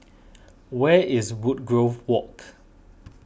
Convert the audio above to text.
where is Woodgrove Walk